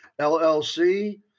LLC